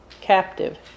captive